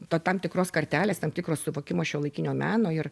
to tam tikros kartelės tam tikro suvokimo šiuolaikinio meno ir